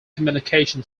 communication